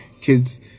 kids